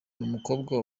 umukobwa